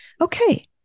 Okay